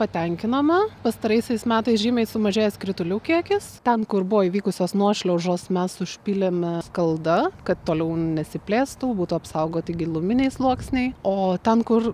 patenkinama pastaraisiais metais žymiai sumažėjęs kritulių kiekis ten kur buvo įvykusios nuošliaužos mes užpylėme skalda kad toliau nesiplėstų būtų apsaugoti giluminiai sluoksniai o ten kur